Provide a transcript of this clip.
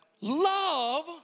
love